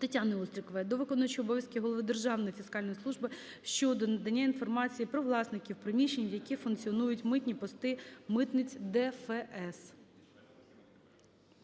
Тетяни Острікової до виконуючого обов'язки голови Державної фіскальної служби щодо надання інформації про власників приміщень в яких функціонують митні пости митниць ДФС.